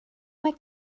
mae